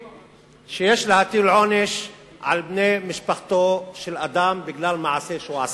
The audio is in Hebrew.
שיש להטיל עונש על בני משפחתו של אדם בגלל מעשה שהוא עשה.